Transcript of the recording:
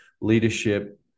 leadership